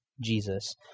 Jesus